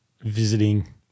visiting